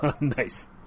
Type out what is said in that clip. nice